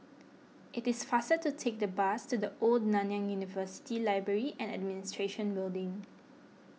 it is faster to take the bus to the Old Nanyang University Library and Administration Building